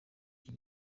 iki